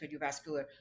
Cardiovascular